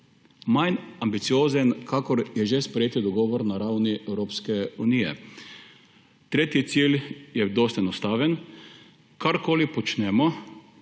Manj ambiciozen, kakor je že sprejeti dogovor na ravni Evropske unije. Tretji cilj je dosti enostaven, karkoli počnemo,